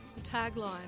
tagline